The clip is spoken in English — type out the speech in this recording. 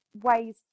ways